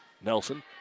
Nelson